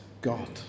God